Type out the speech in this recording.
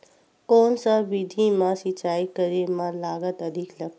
कोन सा विधि म सिंचाई करे म लागत अधिक लगथे?